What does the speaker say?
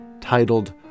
titled